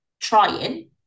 trying